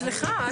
סליחה,